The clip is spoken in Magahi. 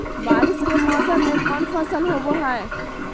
बारिस के मौसम में कौन फसल होबो हाय?